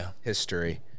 history